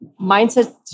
mindset